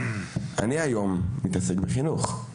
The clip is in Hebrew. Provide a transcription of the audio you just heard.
אני היום מתעסק בחינוך.